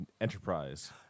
Enterprise